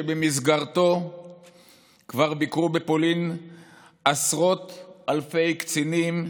שבמסגרתו כבר ביקרו בפולין עשרות אלפי קצינים,